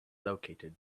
located